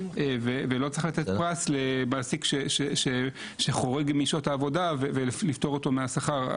ולא צריך לתת פרס למעסיק שחורג משעות העבודה ולפטור אותו מהשכר.